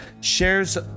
shares